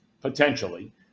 potentially